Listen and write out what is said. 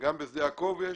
וגם בשדה יעקב יש.